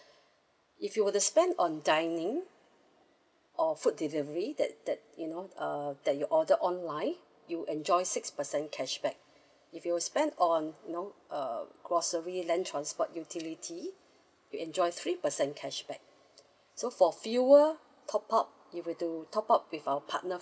if you were to spend on dining or food delivery that that you know uh that you order online you enjoy six percent cashback if you spend on you know uh grocery land transport utility you enjoy three percent cashback so for fuel top up you were to top up with our partner